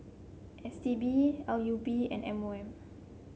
S T B L U P and M O M